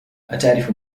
أتعرف